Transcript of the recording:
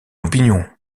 opinion